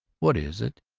what is it?